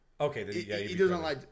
Okay